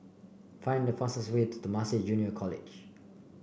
find the fastest way to Temasek Junior College